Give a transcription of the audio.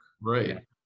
Right